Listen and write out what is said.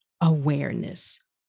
awareness